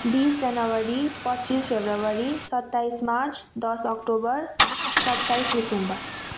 बिस जनवरी पच्चिस फेब्रुअरी सत्ताइस मार्च दस अक्टोबर सत्ताइस डिसेम्बर